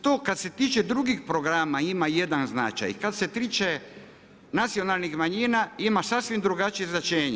To kad se tiče drugih programa, ima jedan značaj, kad se tiče nacionalnih manjina ima sasvim drugačije značenje.